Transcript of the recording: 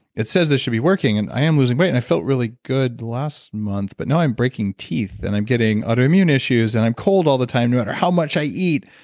it says it should be working and i am losing weight, and i felt really good last month, but now i'm breaking teeth, and i'm getting autoimmune issues, and i'm cold all the time no matter how much i eat.